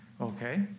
Okay